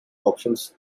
options